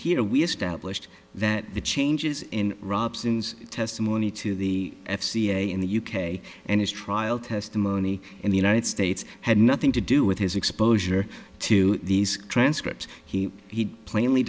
here we established that the changes in robson's testimony to the f c a in the u k and his trial testimony in the united states had nothing to do with his exposure to these transcripts he he plainly